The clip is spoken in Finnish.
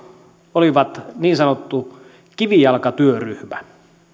olivat niin sanottu kivijalkatyöryhmä